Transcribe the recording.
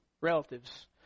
relatives